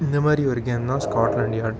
இந்த மாதிரி ஒரு கேம் தான் ஸ்காட்லாண்ட் யார்ட்